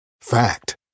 Fact